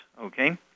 okay